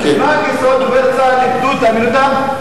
בירור, מזמן גרסות דובר צה"ל איבדו את אמינותן.